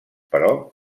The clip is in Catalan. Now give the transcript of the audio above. però